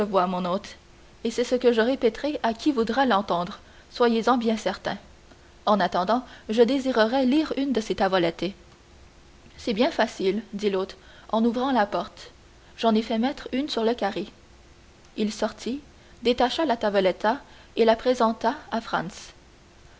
mon hôte et c'est ce que je répéterai à qui voudra l'entendre soyez en bien certain en attendant je désirerais lire une de ces tavolette c'est bien facile dit l'hôte en ouvrant la porte j'en ai fait mettre une sur le carré il sortit détacha la tavoletta et la présenta à